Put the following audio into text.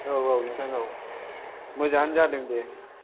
औ औ नोंथां औ मोजाङानो जादों दे